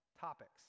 topics